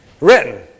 written